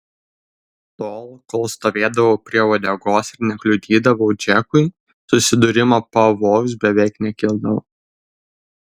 tol kol stovėdavau prie uodegos ir nekliudydavau džekui susidūrimo pavojus beveik nekildavo